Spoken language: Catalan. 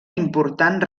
important